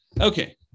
okay